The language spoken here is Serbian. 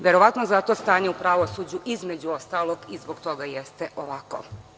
Verovatno zato stanje u pravosuđu, između ostalog, i zbog toga jeste ovako.